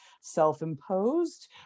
self-imposed